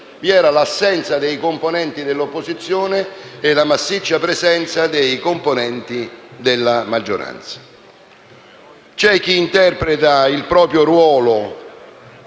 vi era l'assenza dei componenti dell'opposizione e la massiccia presenza dei componenti della maggioranza. C'è chi interpreta il proprio ruolo